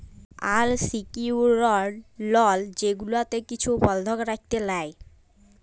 আল secured লল যেগুলাতে কিছু বল্ধক রাইখে লেই